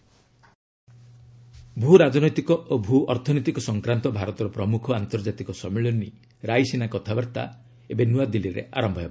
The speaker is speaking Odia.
ରାଇସିନା ଡାଇଲଗ ଭୂ ରାଜନୈତିକ ଓ ଭୂ ଅର୍ଥନୈତିକ ସଂକ୍ରାନ୍ତ ଭାରତର ପ୍ରମ୍ରଖ ଆନ୍ତର୍ଜାତିକ ସମ୍ମିଳନୀ ରାଇସିନା କଥାବାର୍ତ୍ତା ଏବେ ନ୍ତଆଦିଲ୍ଲୀରେ ଆରମ୍ଭ ହେବ